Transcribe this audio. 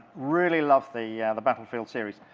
really love the yeah the battlefield series.